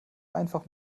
einfach